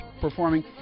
performing